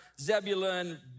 Zebulun